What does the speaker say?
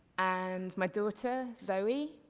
and my daughter, zoe,